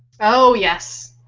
oh yes.